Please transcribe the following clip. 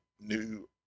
New